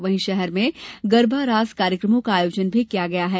वहीं शहर में गरबारास कार्यक्रमों का आयोजन भी किया गया है